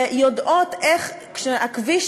שיודעות איך הכביש,